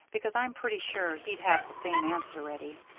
because i'm pretty sure he'd have the same answer ready.